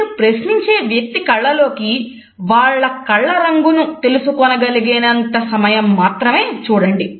మీరు ప్రశ్నించే వ్యక్తి కళ్ళలోకి వారి కళ్ల రంగును తెలుసుకొనగలిగేంత సమయం మాత్రం చూడండి